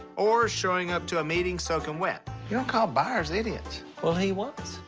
or showing up to a meeting soaking wet. you don't call buyers idiots. well he was.